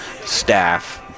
staff